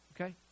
okay